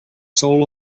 soul